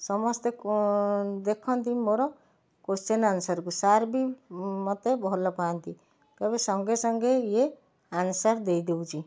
ସମସ୍ତେ ଦେଖନ୍ତି ମୋର କୋଶ୍ଚିନ୍ ଆନ୍ସର୍କୁ ସାର୍ ବି ମୋତେ ଭଲ ପାଆନ୍ତି କହିବେ ସଙ୍ଗେ ସଙ୍ଗେ ଇଏ ଆନ୍ସର୍ ଦେଇ ଦେଉଛି